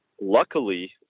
luckily